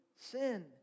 sin